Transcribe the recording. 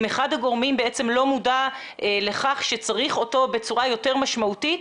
אם אחד הגורמים בעצם לא מודע לכך שצריך אותו בצורה יותר משמעותית,